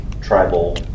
tribal